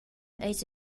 eis